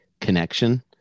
connection